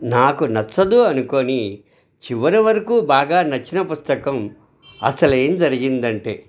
నాకు నచ్చదు అనుకొని చివరి వరకు బాగా నచ్చిన పుస్తకం అసలేం జరిగిందంటే